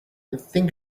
think